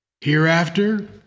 Hereafter